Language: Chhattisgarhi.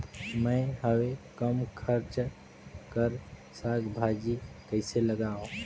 मैं हवे कम खर्च कर साग भाजी कइसे लगाव?